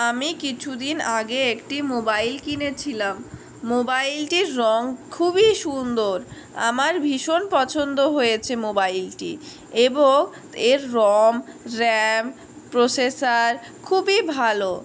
আমি কিছুদিন আগে একটি মোবাইল কিনেছিলাম মোবাইলটির রঙ খুবই সুন্দর আমার ভীষণ পছন্দ হয়েছে মোবাইলটি এবং এর রম র্যাম প্রসেসর খুবই ভালো